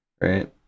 right